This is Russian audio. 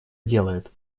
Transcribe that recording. делает